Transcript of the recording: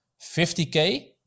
50K